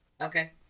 Okay